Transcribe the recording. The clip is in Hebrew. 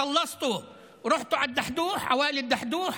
(אומר בערבית: סיימתם והלכתם לאל-דחדוח,